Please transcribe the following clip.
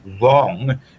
wrong